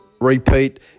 repeat